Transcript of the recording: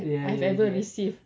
ya ya yes yes